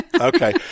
Okay